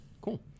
Cool